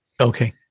Okay